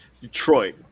Detroit